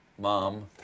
Mom